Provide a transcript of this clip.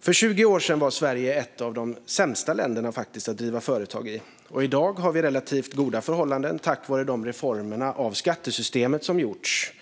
För 20 år sedan var Sverige ett av de sämsta länderna att driva företag i. I dag har vi relativt goda förhållanden tack vare de reformer av skattesystemet som gjorts.